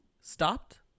Stopped